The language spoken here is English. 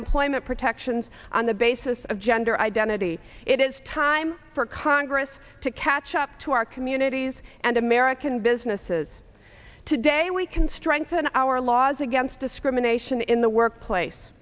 employment protections on the basis of gender identity it is time for congress to catch up to our communities and american businesses today we can strengthen our laws against discrimination in the workplace